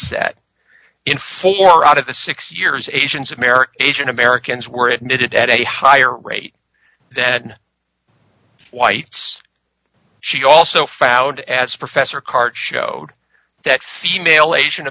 set in four out of the six years asians of merit asian americans were admitted at a higher rate than in whites she also found as professor card showed that female asian